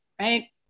right